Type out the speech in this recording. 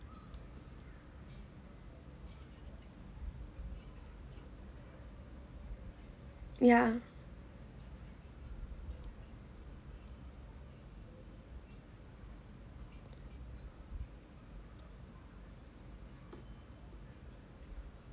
yeah